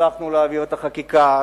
הצלחנו להעביר את החקיקה,